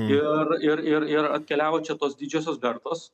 ir ir ir ir atkeliavo čia tos didžiosios bertos